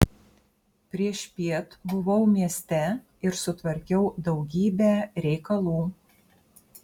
priešpiet buvau mieste ir sutvarkiau daugybę reikalų